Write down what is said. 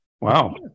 Wow